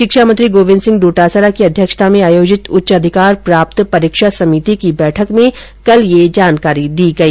शिक्षा मंत्री गोविन्द सिंह डोटासरा की अध्यक्षता में आयोजित उच्चाधिकार प्राप्त परीक्षा समिति की बैठक में कल यह जानकारी दी गई